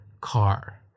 car